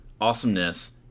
Awesomeness